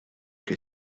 que